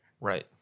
Right